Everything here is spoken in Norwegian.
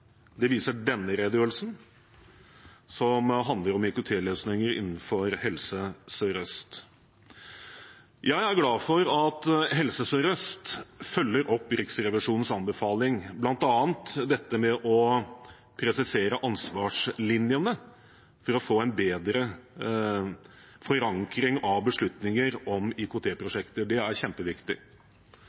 det viser denne redegjørelsen, som handler om IKT-løsninger innenfor Helse Sør-Øst. Jeg er glad for at Helse Sør-Øst følger opp Riksrevisjonens anbefaling, bl.a. med å presisere ansvarslinjene for å få en bedre forankring av beslutninger om IKT-prosjekter. Det er kjempeviktig.